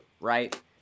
right